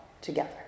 together